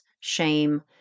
shame